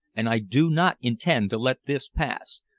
and i do not intend to let this pass.